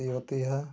उत्पति होती है